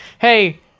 Hey